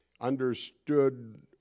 understood